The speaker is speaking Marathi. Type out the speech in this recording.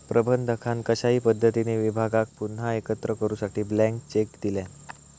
प्रबंधकान कशाही पद्धतीने विभागाक पुन्हा एकत्र करूसाठी ब्लँक चेक दिल्यान